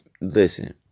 Listen